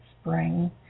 spring